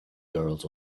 girls